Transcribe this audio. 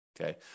okay